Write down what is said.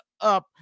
up